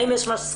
האם יש מסקנות?